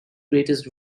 greatest